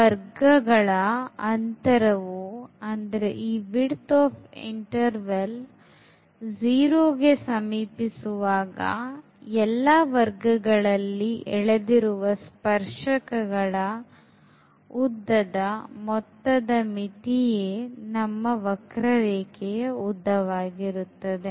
ವರ್ಗಗಳ ಅಂತರವು 0 ಗೆ ಸಮೀಪಿಸುವಾಗ ಎಲ್ಲಾ ವರ್ಗಗಳಲ್ಲಿ ಎಳೆದಿರುವ ಸ್ಪರ್ಶಕಗಳ ಉದ್ದದ ಮೊತ್ತದ ಮಿತಿಯೇ ನಮ್ಮ ವಕ್ರರೇಖೆಯ ಉದ್ದವಾಗಿರುತ್ತದೆ